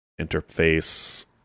interface